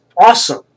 awesome